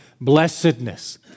blessedness